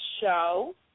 show